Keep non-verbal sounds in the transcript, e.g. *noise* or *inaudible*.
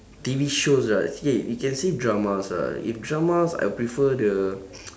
T_V shows ah you can say dramas ah if dramas I would prefer the *noise*